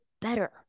better